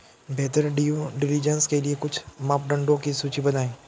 बेहतर due diligence के लिए कुछ मापदंडों की सूची बनाएं?